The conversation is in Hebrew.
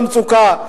במצוקה.